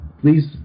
please